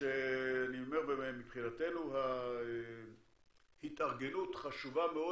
אני אומר שמבחינתנו ההתארגנות חשובה מאוד.